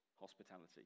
hospitality